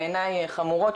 בעיניי חמורות,